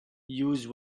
use